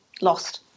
lost